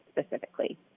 specifically